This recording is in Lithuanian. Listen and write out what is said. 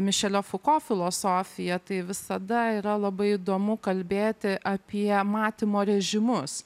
mišelio fuko filosofiją tai visada yra labai įdomu kalbėti apie matymo režimus